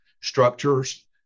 structures